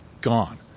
gone